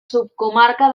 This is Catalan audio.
subcomarca